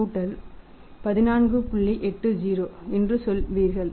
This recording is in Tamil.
80 என்று சொல்வீர்கள்